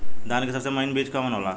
धान के सबसे महीन बिज कवन होला?